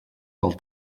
pel